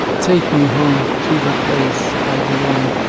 take me home to the place i belong.